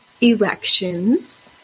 elections